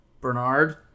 Bernard